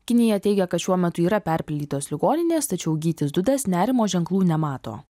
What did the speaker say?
kinija teigia kad šiuo metu yra perpildytos ligoninės tačiau gytis dudas nerimo ženklų nemato